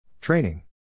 Training